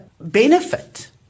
benefit